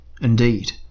Indeed